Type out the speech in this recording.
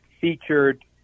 featured